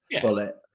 Bullet